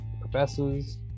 professors